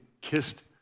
kissed